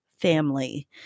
family